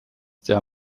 der